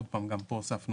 תחולה